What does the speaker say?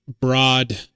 broad